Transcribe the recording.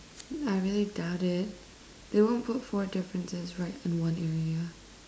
I really doubt it they won't put four differences right in one area